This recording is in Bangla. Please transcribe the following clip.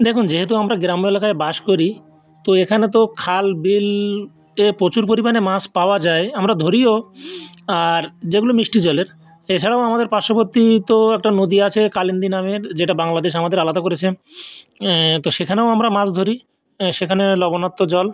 দেখুন যেহেতু আমরা গ্রাম্য এলাকায় বাস করি তো এখানে তো খাল বিল এ প্রচুর পরিমাণে মাছ পাওয়া যায় আমরা ধরিও আর যেগুলো মিষ্টি জলের এছাড়াও আমাদের পার্শ্ববর্তী তো একটা নদী আছে কালিন্দী নামের যেটা বাংলাদেশ আমাদের আলাদা করেছে তো সেখানেও আমরা মাছ ধরি সেখানে লবণাক্ত জল